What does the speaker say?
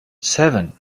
seven